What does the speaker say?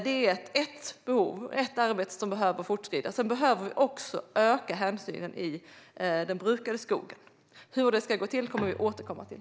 Det är ett behov, ett arbete som behöver fortskrida. Sedan behöver vi också öka hänsynen i den brukade skogen. Hur det ska gå till kommer vi att återkomma till.